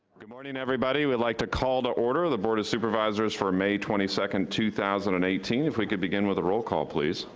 good morning everybody, we'd like to call to order the board of supervisors for may twenty second, two thousand and eighteen. if we could begin with a roll call, please?